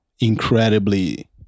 incredibly